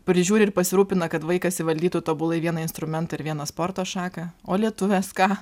prižiūri ir pasirūpina kad vaikas įvaldytų tobulai vieną instrumentą ir vieną sporto šaką o lietuvės ką